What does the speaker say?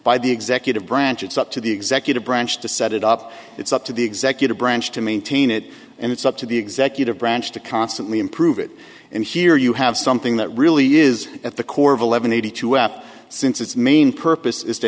by the executive branch it's up to the executive branch to set it up it's up to the executive branch to maintain it and it's up to the executive branch to constantly improve it and here you have something that really is at the core of eleven eighty two f since its main purpose is to